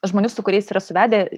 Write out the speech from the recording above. žmonių su kuriais yra suvedę